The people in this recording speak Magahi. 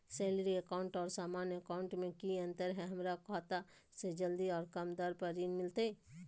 सैलरी अकाउंट और सामान्य अकाउंट मे की अंतर है हमरा कौन खाता से जल्दी और कम दर पर ऋण मिलतय?